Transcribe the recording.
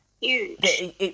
Huge